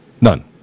None